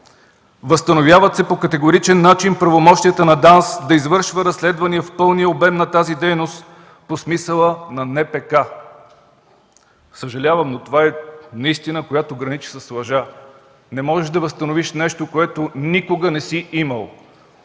„Възстановяват се по категоричен начин правомощията на ДАНС да извършва разследвания в пълния обем на тази дейност по смисъла на НПК”. Съжалявам, но това е неистина, която граничи с лъжа. Не можеш да възстановиш нещо, което никога не си имал.